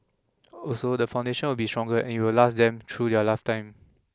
also the foundation will be stronger and it will last them through their lifetime